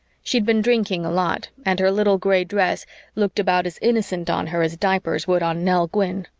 she'd been drinking a lot and her little gray dress looked about as innocent on her as diapers would on nell gwyn.